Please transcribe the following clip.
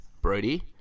Brody